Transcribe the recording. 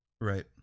Right